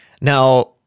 Now